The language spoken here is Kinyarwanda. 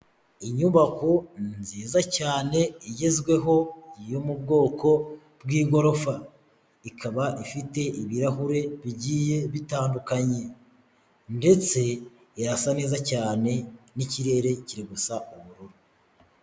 Inyubako nziza cyane igezweho yo mu bwoko bw'igorofa, ikaba ifite ibirahure bigiye bitandukanye, ndetse irasa neza cyane n'ikirere kiri gusa ubururu.